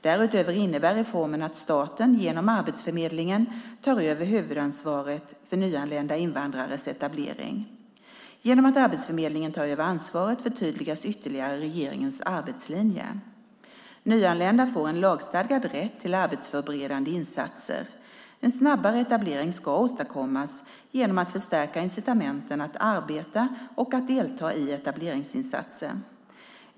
Därutöver innebär reformen att staten, genom Arbetsförmedlingen, tar över huvudansvaret för nyanlända invandrares etablering. Genom att Arbetsförmedlingen tar över ansvaret förtydligas ytterligare regeringens arbetslinje. Nyanlända får en lagstadgad rätt till arbetsförberedande insatser. En snabbare etablering ska åstadkommas genom att man förstärker incitamenten att arbeta och att delta i etableringsinsatser.